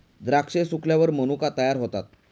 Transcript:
द्राक्षे सुकल्यावर मनुका तयार होतात